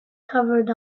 covered